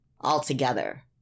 altogether